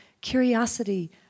curiosity